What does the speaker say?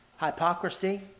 hypocrisy